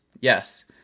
Yes